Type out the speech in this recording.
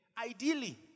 Ideally